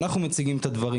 אנחנו מציגים את הדברים.